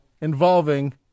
involving